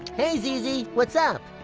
hey, zizi. what's. up?